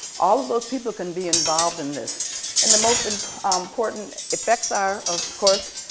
all of those people can be involved in this and the most and um important effects are of course,